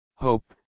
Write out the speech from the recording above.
Hope